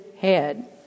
head